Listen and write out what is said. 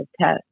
test